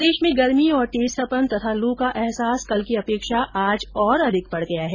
प्रदेश में गर्मी तेज तपन और लू का एहसास कल की अपेक्षा आज और अधिक बढ गया है